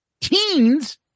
Teens